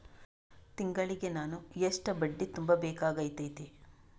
ತಿಂಗಳಿಗೆ ನಾನು ಎಷ್ಟ ಬಡ್ಡಿ ತುಂಬಾ ಬೇಕಾಗತೈತಿ?